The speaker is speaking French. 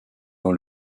dans